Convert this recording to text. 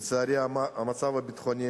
לצערי, המצב הביטחוני